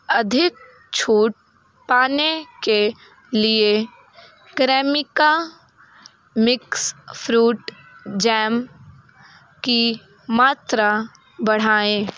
अधिक छूट पाने के लिए क्रेमिका मिक्स फ़्रूट जैम की मात्रा बढ़ाएँ